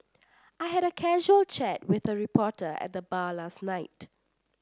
I had a casual chat with a reporter at the bar last night